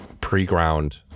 pre-ground